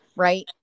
right